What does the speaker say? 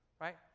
right